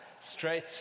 straight